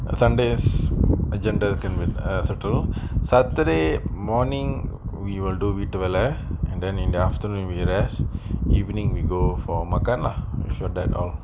sunday is agenda எதுமே இல்ல:ethume illa saturday morning we will do வீட்டு வேலை:veetu vela and then in the afternoon we rest then evening go for makan lah make sure that all